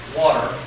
water